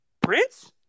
prince